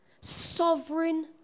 sovereign